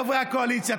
חברי הקואליציה,